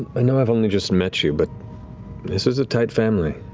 i know i've only just met you, but this is a tight family.